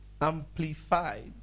Amplified